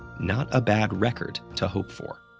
not a bad record to hope for.